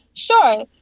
Sure